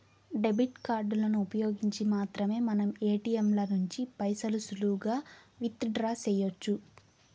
debit కార్డులను ఉపయోగించి మాత్రమే మనం ఏటియంల నుంచి పైసలు సులువుగా విత్ డ్రా సెయ్యొచ్చు